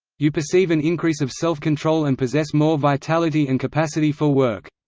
you perceive an increase of self-control and possess more vitality and capacity for work.